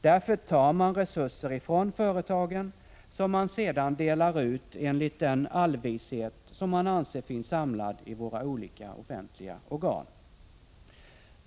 Därför tar man resurser ifrån företagen, som man sedan delar ut enligt den allvishet som man anser finns samlad i våra olika offentliga organ.